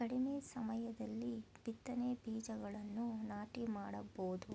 ಕಡಿಮೆ ಸಮಯದಲ್ಲಿ ಬಿತ್ತನೆ ಬೀಜಗಳನ್ನು ನಾಟಿ ಮಾಡಬೋದು